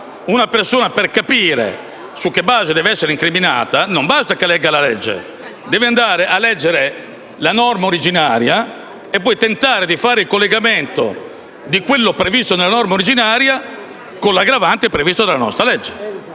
una persona per capire su che base può essere incriminata, non basta che legga la legge, ma deve leggere la norma originaria e poi tentare di fare il collegamento tra quanto previsto nella norma originaria e l'aggravante prevista nel nostro caso